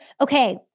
okay